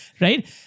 Right